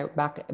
back